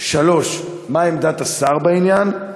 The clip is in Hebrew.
3. מה היא עמדת השר בעניין זה?